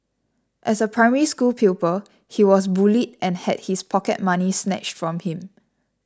as a Primary School pupil he was bullied and had his pocket money snatched from him